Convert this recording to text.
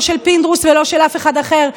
לא של פינדרוס ולא של אף אחד אחר,